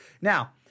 Now